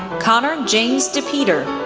connor james depeter,